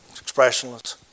expressionless